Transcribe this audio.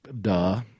Duh